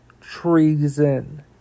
treason